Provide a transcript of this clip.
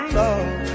love